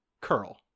curl